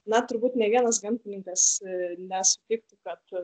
na turbūt nė vienas gamtininkas nesupyktų kad